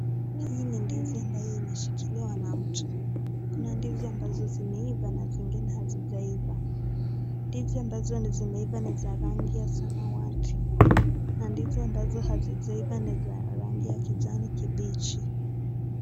Hii ni ndizi ambayo imeshikiliwa na mtu kuna ndizi ambazo zimeiva na zingine hazijaiva. Ndizi ambazo zimeiva ni za rangi ya samawati na ndizi ambazo hazijaiva ni za rangi ya kijani kibichi.